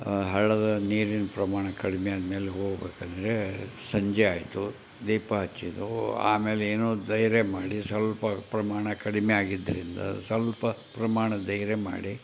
ಹಳ್ಳದ ನೀರಿನ ಪ್ರಮಾಣ ಕಡಿಮೆ ಆದ್ಮೇಲೆ ಹೋಗಬೇಕಂದ್ರೆ ಸಂಜೆ ಆಯಿತು ದೀಪ ಹಚ್ಚಿದ್ದೆವು ಆಮೇಲೇನೋ ಧೈರ್ಯ ಮಾಡಿ ಸ್ವಲ್ಪ ಪ್ರಮಾಣ ಕಡಿಮೆ ಆಗಿದ್ದರಿಂದ ಸ್ವಲ್ಪ ಪ್ರಮಾಣ ಧೈರ್ಯ ಮಾಡಿ